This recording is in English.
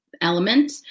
element